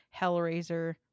Hellraiser